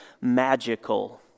magical